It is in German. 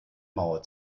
mauer